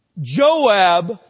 Joab